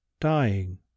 dying